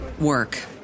work